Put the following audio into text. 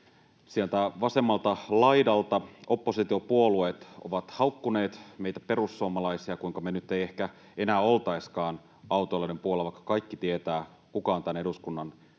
sieltä vasemmalta laidalta oppositiopuolueet ovat haukkuneet meitä perussuomalaisia siitä, kuinka me nyt ei ehkä enää oltaisikaan autoilijoiden puolla, vaikka kaikki tietävät, kuka on tämän eduskunnan